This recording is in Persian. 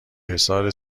حصار